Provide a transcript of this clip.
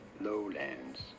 lowlands